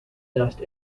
dust